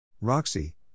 Roxy